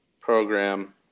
program